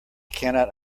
cannot